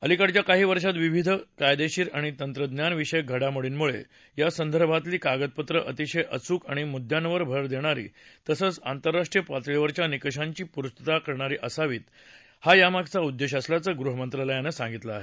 अलीकडच्या काही वर्षात विविध कायदेशीर आणि तंत्रज्ञानविषयक घडामोर्डीमुळे या संदर्भातली कागदपत्रं अतिशय अचूक आणि मुद्यांवर भर देणारी तसंच आंतरराष्ट्रीय पातळीवरच्या निकषांची पूर्तता करणारी असावीत हा यामागचा उद्देश असल्याचं गृहमंत्रालयानं सांगितलं आहे